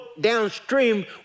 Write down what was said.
Downstream